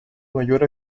mayor